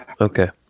Okay